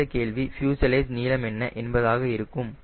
அடுத்த கேள்வி ஃப்யூசலேஜ் நீளம் என்ன என்பதாக இருக்கும்